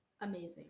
Amazing